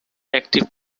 active